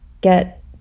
get